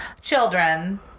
Children